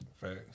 Facts